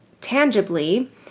tangibly